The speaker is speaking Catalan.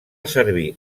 servir